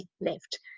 left